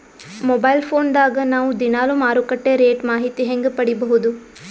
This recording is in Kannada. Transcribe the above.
ಮೊಬೈಲ್ ಫೋನ್ ದಾಗ ನಾವು ದಿನಾಲು ಮಾರುಕಟ್ಟೆ ರೇಟ್ ಮಾಹಿತಿ ಹೆಂಗ ಪಡಿಬಹುದು?